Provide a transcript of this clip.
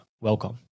Welcome